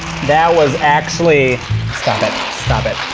that was actually stop it.